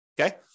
okay